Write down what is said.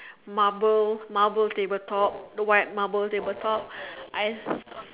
marble marble table top the white marble table top I